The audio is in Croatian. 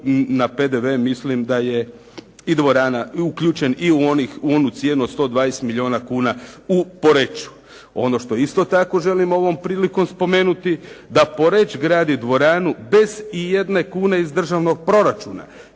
na PDV mislim da je i dvorana, uključen i u onu cijenu od 120 milijuna kuna u Poreču. Ono što isto tako želim ovom prilikom spomenuti da Poreč gradi dvoranu bez ijedne kune iz državnog proračuna,